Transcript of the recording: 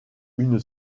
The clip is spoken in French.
une